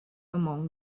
among